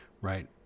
right